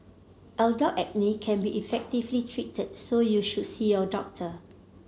adult acne can be effectively treated so you should see your doctor